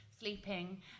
sleeping